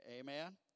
Amen